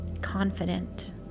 confident